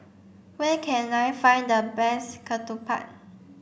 where can I find the best Ketupat